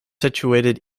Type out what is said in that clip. situated